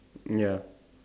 ya